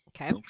Okay